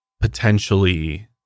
potentially